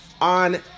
on